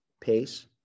pace